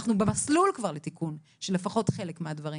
אנחנו במסלול כבר לתיקון של לפחות חלק מהדברים.